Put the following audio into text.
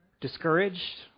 Discouraged